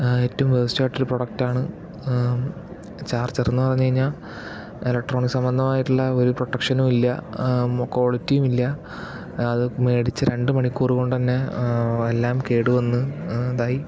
ഏറ്റവും വോർസ്റ്റ് അയിട്ടൊരു പ്രൊഡക്ട് ആണ് ചാർജർന്നു പറഞ്ഞ്കഴിഞ്ഞാൽ ഇലക്ട്രോണിക് സംബന്ധമായിട്ടുള്ള ഒരു പ്രൊട്ടക്ഷനും ഇല്ല ക്വാളിറ്റിയും ഇല്ല അത് മേടിച്ച് രണ്ട് മണിക്കൂറുകൊണ്ടുതന്നെ എല്ലാം കേടുവന്ന് ഇതായി